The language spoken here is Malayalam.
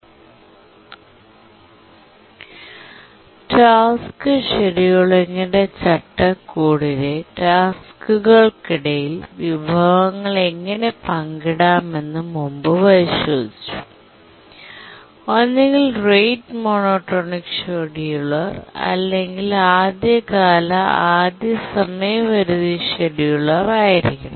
ടാസ്ക് ഷെഡ്യൂളിംഗിന്റെ ചട്ടക്കൂടിലെ ടാസ്ക്കുകൾക്കിടയിൽ വിഭവങ്ങൾ എങ്ങനെ പങ്കിടാമെന്ന് മുമ്പ് പരിശോധിച്ചു ഒന്നുകിൽ റേറ്റ് മോണോടോണിക് ഷെഡ്യൂളർ അല്ലെങ്കിൽ ആദ്യകാല ആദ്യ സമയപരിധി ഷെഡ്യൂളർ ആയിരിക്കണം